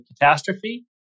catastrophe